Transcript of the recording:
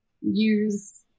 use